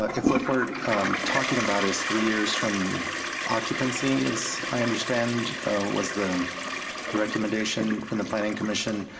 if what we're talking about is three years from occupancy as i understand was the the recommendation from the planning commission,